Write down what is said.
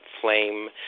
Flame